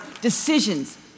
decisions